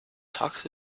tux